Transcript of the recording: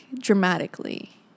dramatically